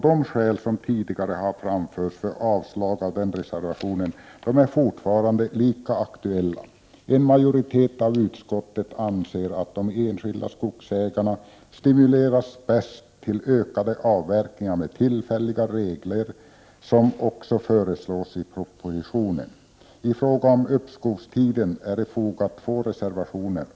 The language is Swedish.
De skäl som tidigare har framförts för avslag av reservationen är fortfarande lika aktuella. En majoritet av utskottet anser att de enskilda skogsägarna stimuleras bäst till ökade avverkningar med tillfälliga regler, vilket också föreslås i propositionen. Beträffande uppskovstiden finns det två reservationer.